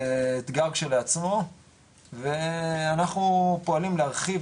זה אתגר כשלעצמו ואנחנו פועלים להרחיב